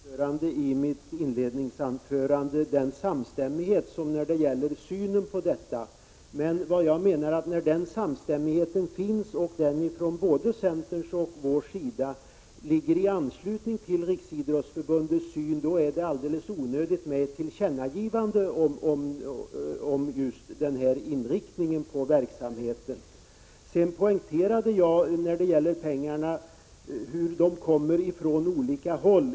Fru talman! Jag poängterade i mitt inledningsanförande den samstämmighet som finns i fråga om inriktningen av samhällets stöd till idrottsrörelsen. Både centerns och vår syn på detta överensstämmer med hur Riksidrottsförbundet ser på saken, och då är det alldeles onödigt med ett tillkännagivande om verksamhetens inriktning. Sedan underströk jag att pengarna kommer från olika håll.